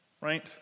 right